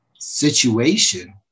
Situation